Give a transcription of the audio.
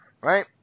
right